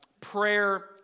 prayer